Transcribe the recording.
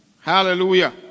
Hallelujah